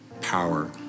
power